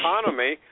economy